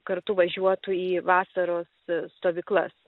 kartu važiuotų į vasaros stovyklas